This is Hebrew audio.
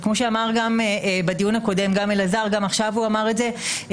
כמו שאמר אלעזר גם בדיון הקודם וגם עכשיו הוא אמר את זה,